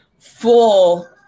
full